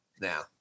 now